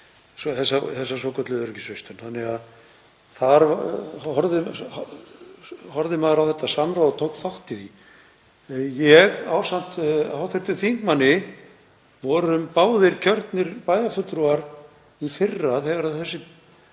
Þar horfði maður á þetta samráð og tók þátt í því. Við hv. þingmaður vorum báðir kjörnir bæjarfulltrúar í fyrra þegar þessi